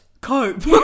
cope